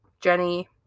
Jenny